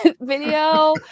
video